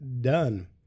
done